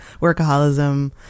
workaholism